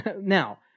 Now